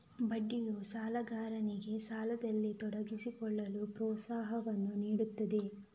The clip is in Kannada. ಬಡ್ಡಿಯು ಸಾಲಗಾರನಿಗೆ ಸಾಲದಲ್ಲಿ ತೊಡಗಿಸಿಕೊಳ್ಳಲು ಪ್ರೋತ್ಸಾಹವನ್ನು ನೀಡುತ್ತದೆ